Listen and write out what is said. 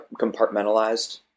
compartmentalized